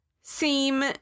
seem